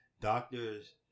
doctors